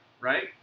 right